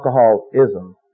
alcoholism